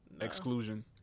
Exclusion